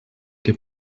que